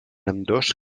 ambdós